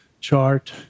chart